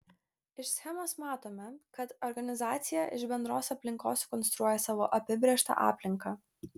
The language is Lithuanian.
iš schemos matome kad organizacija iš bendros aplinkos sukonstruoja savo apibrėžtą aplinką